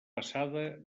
passada